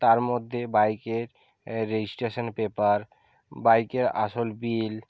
তার মধ্যে বাইকের রেজিস্ট্রেশান পেপার বাইকের আসল বিল